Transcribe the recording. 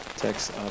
Text